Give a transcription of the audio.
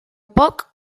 poc